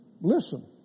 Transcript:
listen